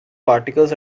particles